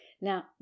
Now